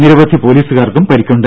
നിരവധി പൊലീസുകാർക്കും പരിക്കുണ്ട്